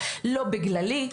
לא בגללי,